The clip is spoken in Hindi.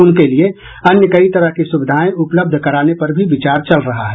उनके लिए अन्य कई तरह की सुविधाएं उपलब्ध कराने पर भी विचार चल रहा है